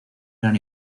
gran